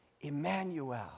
Emmanuel